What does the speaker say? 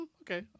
Okay